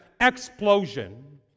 explosion